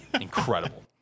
incredible